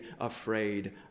afraid